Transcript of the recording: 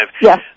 Yes